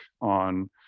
on